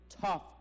tough